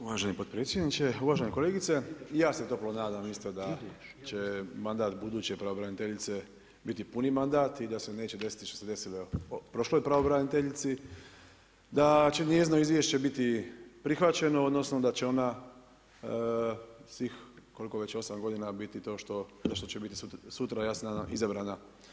Uvaženi potpredsjedniče, uvažena kolegice i ja se toplo nadam da će mandat buduće pravobraniteljice biti puni mandat i da se neće desiti što se desilo prošloj pravobraniteljici, da će njezino izvješće biti prihvaćeno, odnosno da će ona svih koliko već osam godina biti to što će biti sutra ja se nadam izabrana.